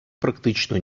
практично